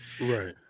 right